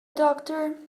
doctor